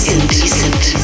Indecent